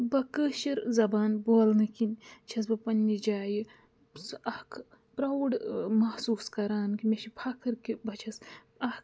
بہٕ کٲشِر زبان بولنہٕ کِنۍ چھَس بہٕ پنٛنہِ جایہِ سُہ اَکھ پرٛاوُڈ محسوٗس کَران کہِ مےٚ چھِ فَخٕر کہِ بہٕ چھَس اَکھ